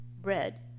Bread